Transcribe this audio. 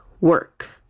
work